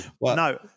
No